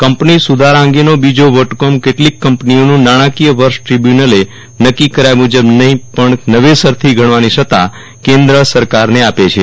company સુધારા અંગેનો બીજો વટ હુકમ કેટલીક કંપનીઓનું નાણાકીય વર્ષ ટ્રીબ્યુનલે નક્કી કર્યા મુજબ નહી પણ નવેસરથી ઘડવાની સત્તા કેન્દ્ર સરકારને આપે છે